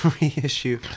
Reissue